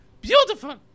Beautiful